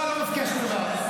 אני לא מפקיע שום דבר.